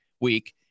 week